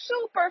super